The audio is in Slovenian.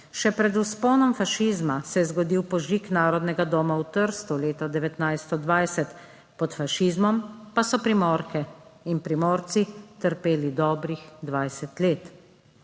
Še pred vzponom fašizma se je zgodil požig Narodnega doma v Trstu leta 1920, pod fašizmom pa so Primorke in Primorci trpeli dobrih 20 let.